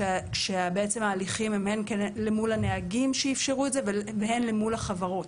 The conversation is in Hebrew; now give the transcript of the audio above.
שבעצם ההליכים הם הן למול הנהגים שאפשרו את זה והן למול החברות.